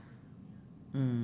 mm